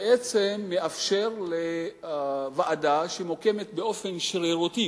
שמאפשר לוועדה שמוקמת באופן שרירותי,